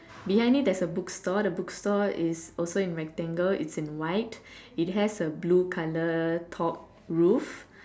behind it there's a book store the book store is also in rectangle it's in white it has a blue colour top roof